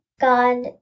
God